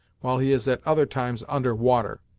while he is at other times under water.